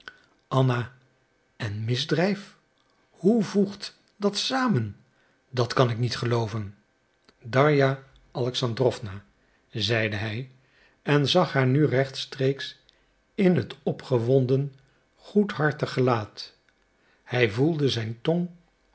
anna en misdrijf hoe voegt dat samen dat kan ik niet gelooven darja alexandrowna zeide hij en zag haar nu rechtstreeks in het opgewonden goedhartig gelaat hij voelde zijn tong